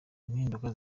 impinduka